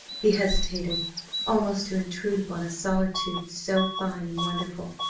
he hesitated almost to intrude upon a solitude so fine and wonderful.